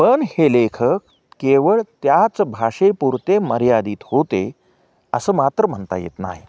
पण हे लेखक केवळ त्याच भाषेपुरते मर्यादित होते असं मात्र म्हणता येत नाही